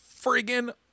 friggin